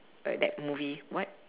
uh that movie what